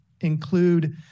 include